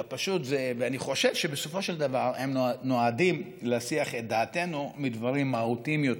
ואני חושב שבסופו של דבר הם נועדים להסיח את דעתנו מדברים מהותיים יותר,